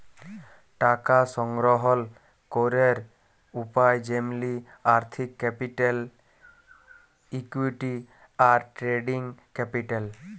টাকা সংগ্রহল ক্যরের উপায় যেমলি আর্থিক ক্যাপিটাল, ইকুইটি, আর ট্রেডিং ক্যাপিটাল